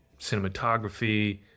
cinematography